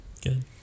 Good